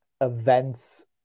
events